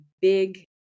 big